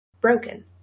broken